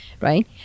right